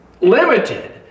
limited